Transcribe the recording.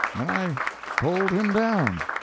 and i pulled him down.